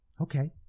Okay